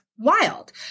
wild